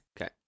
Okay